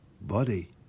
body